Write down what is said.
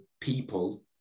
people